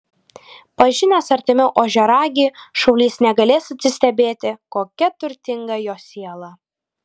pažinęs artimiau ožiaragį šaulys negalės atsistebėti kokia turtinga jo siela